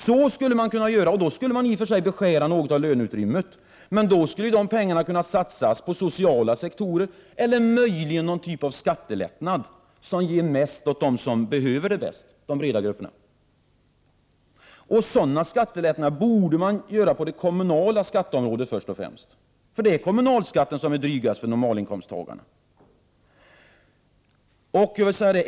Så skulle man kunna göra. Då skulle man i och för sig beskära löneutrymmet något, men pengarna kunde satsas på sociala sektorer eller möjligen på någon typ av skattelättnad som ger mest åt dem som behöver det bäst, de breda grupperna. Sådana skattelättnader borde genomföras först och främst på det kommunala skatteområdet, för det är kommunalskatten som är drygast för normalinkomsttagarna.